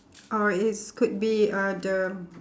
or it's could be uh the